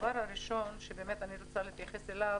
הדבר הראשון שבאמת אני רוצה להתייחס אליו